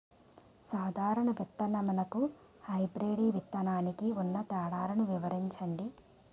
సాధారణ విత్తననికి, హైబ్రిడ్ విత్తనానికి ఉన్న తేడాలను వివరించండి?